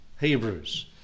Hebrews